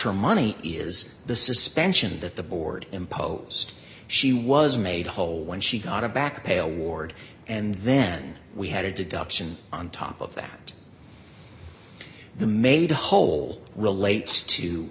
her money is the suspension that the board imposed she was made whole when she got a back pay award and then we had a deduction on top of that and the made a whole relates to